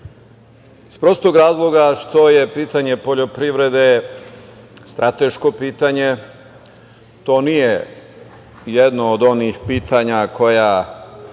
Iz prostog razloga što je pitanje poljoprivrede strateško pitanje. To nije jedno od onih pitanja koja